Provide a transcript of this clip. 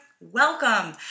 welcome